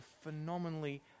phenomenally